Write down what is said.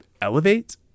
elevate